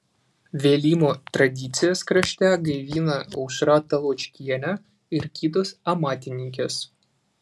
vėlimo tradicijas krašte gaivina aušra taločkienė ir kitos amatininkės